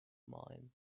mine